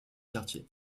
quartier